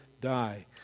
die